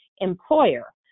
employer